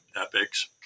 epics